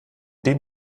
dem